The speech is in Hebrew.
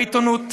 בעיתונות,